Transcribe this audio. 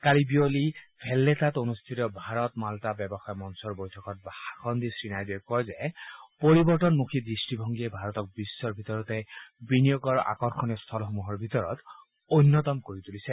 কালি বিয়লি ভেল্লেট্টাত অনুষ্ঠিত ভাৰত মালটা ব্যৱসায় মঞ্চৰ বৈঠকত ভাষণ দি শ্ৰীনাইডুৱে কয় যে পৰিৱৰ্তনমুখী দৃষ্টিভংগীয়ে ভাৰতক বিশ্বৰ ভিতৰতে বিনিয়োগৰ আকৰ্ষণীয়স্থলীসমূহৰ ভিতৰত অন্যতম কৰি তুলিছে